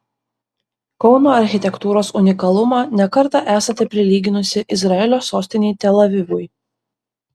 kauno architektūros unikalumą ne kartą esate prilyginusi izraelio sostinei tel avivui